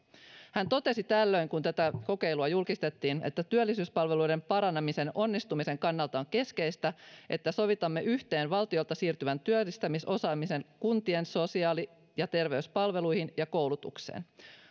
hän totesi kun tätä kokeilua julkistettiin että työllisyyspalveluiden paranemisen onnistumisen kannalta on keskeistä että sovitamme yhteen valtiolta siirtyvän työllistämisosaamisen kuntien sosiaali ja terveyspalveluihin ja koulutukseen